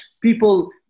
People